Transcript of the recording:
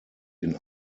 den